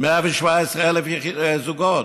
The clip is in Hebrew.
117,000 זוגות